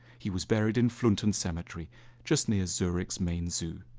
he was buried in fronton cemetery just near zurich smen so